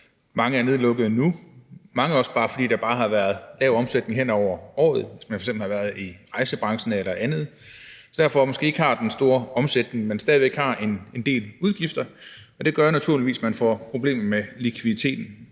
på grund af, at der for mange af dem bare har været lav omsætning hen over året, f.eks. inden for rejsebranchen eller andre steder, hvor man måske ikke har den store omsætning, men stadig væk har en del udgifter, og det gør naturligvis, at man får problemer med likviditeten.